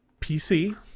PC